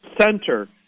center-